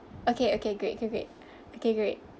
okay okay great okay great okay great